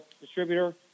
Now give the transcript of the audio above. distributor